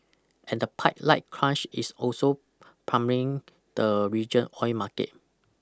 and the pipeline crunch is also pummelling the region oil market